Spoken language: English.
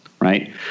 right